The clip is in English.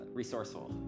resourceful